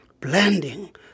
blending